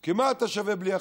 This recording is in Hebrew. כי מה אתה שווה בלי החקלאים?